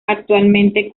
actualmente